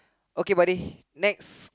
okay buddy next